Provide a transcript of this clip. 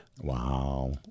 Wow